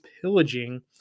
pillaging